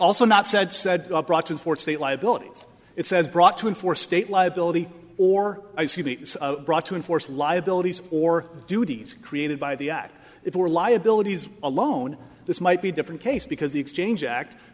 also not said said brought in for state liability it says brought to enforce state liability or brought to enforce liabilities or duties created by the act if it were liabilities alone this might be a different case because the exchange act